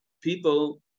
people